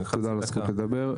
תודה על הזכות לדבר.